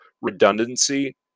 redundancy